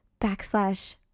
backslash